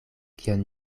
kion